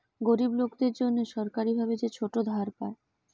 গরিব লোকদের জন্যে সরকারি ভাবে যে ছোট ধার পায়